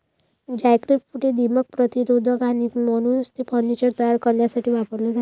jackfruit हे दीमक प्रतिरोधक आहे आणि म्हणूनच ते फर्निचर तयार करण्यासाठी वापरले जाते